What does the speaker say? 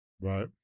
Right